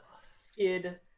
skid